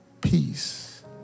peace